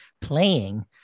playing